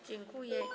Dziękuję.